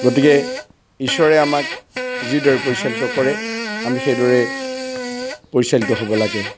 গতিকে ঈশ্বৰে আমাক যিদৰে পৰিচালিত কৰে আমি সেইদৰে পৰিচালিত হ'ব লাগে